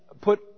put